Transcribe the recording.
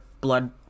blood